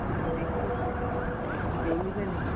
হুম একটু দেখবে না